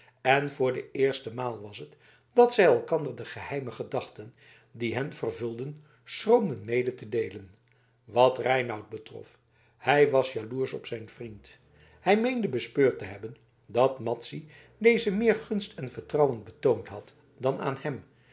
en voor de eerste maal was het dat zij elkanderen de geheime gedachten die hen vervulden schroomden mede te deelen wat reinout betrof hij was jaloersch op zijn vriend hij meende bespeurd te hebben dat madzy dezen meer gunst en vertrouwen betoond had dan aan hem